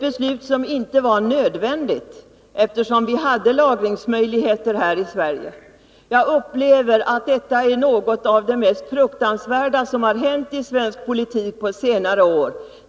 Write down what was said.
Beslutet var inte nödvändigt, eftersom vi har lagringsmöjligheter här i Sverige. Jag upplever detta beslut som något av det mest fruktansvärda som har hänt i svensk politik på senare år.